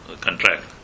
contract